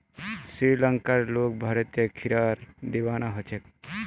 श्रीलंकार लोग भारतीय खीरार दीवाना ह छेक